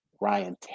Ryan